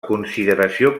consideració